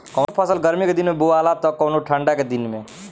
कवनो फसल गर्मी के दिन में बोआला त कवनो ठंडा के दिन में